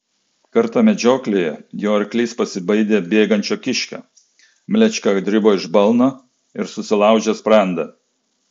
kartą medžioklėje jo arklys pasibaidė bėgančio kiškio mlečka dribo iš balno ir susilaužė sprandą